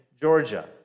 Georgia